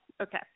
Okay